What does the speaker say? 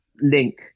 link